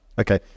Okay